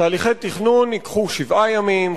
תהליכי תכנון ייקחו שבעה ימים,